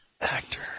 actor